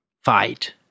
fight